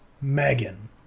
Megan